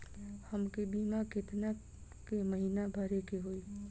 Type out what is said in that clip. हमके बीमा केतना के महीना भरे के होई?